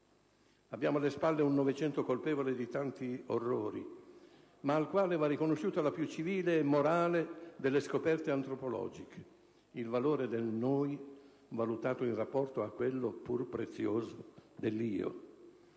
Abbiamo alle spalle un Novecento colpevole di tanti orrori, ma al qual va riconosciuta la più civile e morale delle scoperte antropologiche: il valore del "noi" valutato in rapporto a quello, pur prezioso, dell'io.